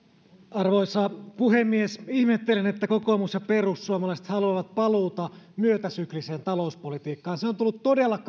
arvoisa puhemies ihmettelen että kokoomus ja perussuomalaiset haluavat paluuta myötäsykliseen talouspolitiikkaan se on tullut todella